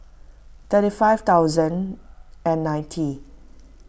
thirty five thousand and ninety